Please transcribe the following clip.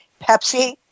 Pepsi